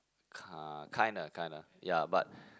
kind kinda kinda ya but